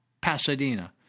Pasadena